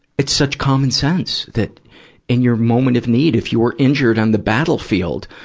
it's such common sense that in your moment of need. if you are injured on the battlefield,